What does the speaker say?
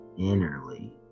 innerly